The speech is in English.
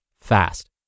fast